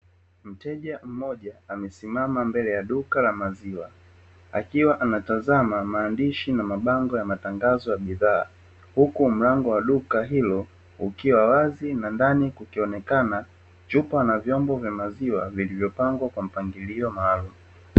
Mteja mmoja amesimama mbele ya duka la maziwa, akiwa anatazama maandishi na mabango ya matangazo ya bidhaa, huku mlango wa duka hilo ukiwa wazi, na ndani kukionekana vyupa na vyombo vya maziwa vilivyopangwa kwa mpangilio maalumu.